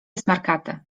smarkate